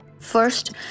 First